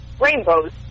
rainbows